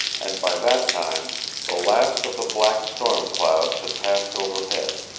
and by that time the last of the black storm clouds had passed overhead.